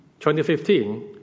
2015